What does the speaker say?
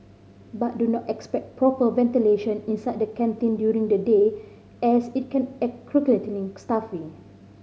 but do not expect proper ventilation inside the canteen during the day as it can stuffy